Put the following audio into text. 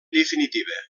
definitiva